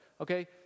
okay